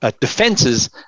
defenses